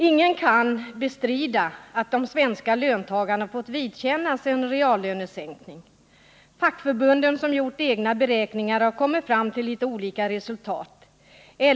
Ingen kan bestrida att de svenska löntagarna fått vidkännas en reallönesänkning. Fackförbunden, som gjort egna beräkningar, har kommit fram till litet olika resultat.